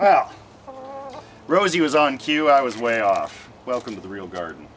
well rosie was on cue i was way off welcome to the real garden